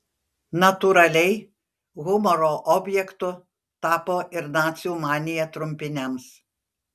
natūraliai humoro objektu tapo ir nacių manija trumpiniams